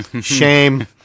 shame